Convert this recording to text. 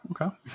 Okay